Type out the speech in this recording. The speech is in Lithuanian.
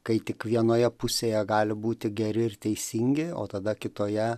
kai tik vienoje pusėje gali būti geri ir teisingi o tada kitoje